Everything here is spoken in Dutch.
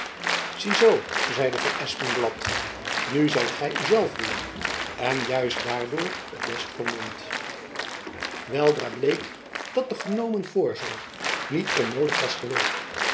zoo zeide van espenblad nu zijt gy u zelf weêr en juist daardoor het best vermomd weldra bleek dat de genomen voorzorg niet onnoodig was geweest